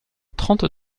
trente